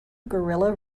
guerilla